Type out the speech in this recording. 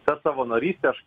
ta savanorystė aš